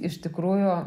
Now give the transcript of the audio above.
iš tikrųjų